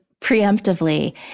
preemptively